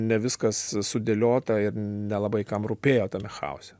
ne viskas sudėliota ir nelabai kam rūpėjo tame chaose